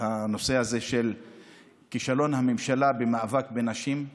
הנושא של כישלון הממשלה במאבק באלימות נגד נשים.